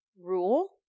Rule